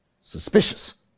Suspicious